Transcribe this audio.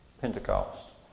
Pentecost